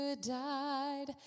died